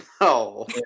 No